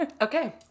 Okay